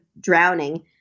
drowning